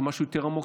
זה משהו יותר עמוק,